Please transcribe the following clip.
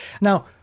Now